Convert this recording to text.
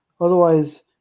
Otherwise